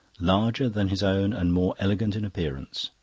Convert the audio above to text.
larger than his own and more elegant in appearance.